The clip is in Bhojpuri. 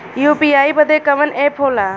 यू.पी.आई बदे कवन ऐप होला?